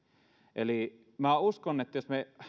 eli minä uskon että jos me